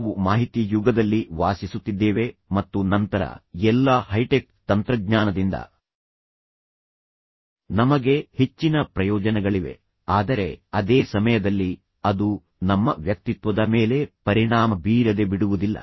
ನಾವು ಮಾಹಿತಿ ಯುಗದಲ್ಲಿ ವಾಸಿಸುತ್ತಿದ್ದೇವೆ ಮತ್ತು ನಂತರ ಎಲ್ಲಾ ಹೈಟೆಕ್ ತಂತ್ರಜ್ಞಾನದಿಂದ ನಮಗೆ ಹೆಚ್ಚಿನ ಪ್ರಯೋಜನಗಳಿವೆ ಆದರೆ ಅದೇ ಸಮಯದಲ್ಲಿ ಅದು ನಮ್ಮ ವ್ಯಕ್ತಿತ್ವದ ಮೇಲೆ ಪರಿಣಾಮ ಬೀರದೆ ಬಿಡುವುದಿಲ್ಲ